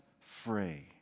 free